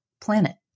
planet